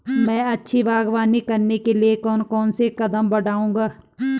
मैं अच्छी बागवानी करने के लिए कौन कौन से कदम बढ़ाऊंगा?